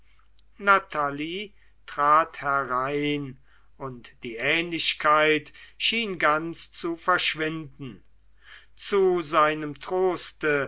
natalie trat herein und die ähnlichkeit schien ganz zu verschwinden zu seinem troste